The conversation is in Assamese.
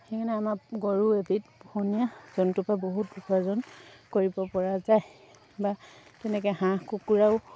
সেইকাৰণে আমাৰ গৰু এবিধ পোহনীয়া জন্তুৰ পৰা বহুত উপাৰ্জন কৰিব পৰা যায় বা তেনেকৈ হাঁহ কুকুৰাও